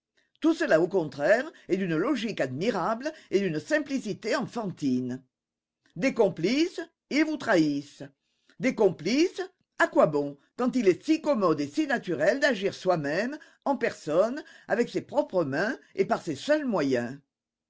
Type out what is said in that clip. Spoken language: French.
tout cela au contraire est d'une logique admirable et d'une simplicité enfantine des complices ils vous trahissent des complices à quoi bon quand il est si commode et si naturel d'agir soi-même en personne avec ses propres mains et par ses seuls moyens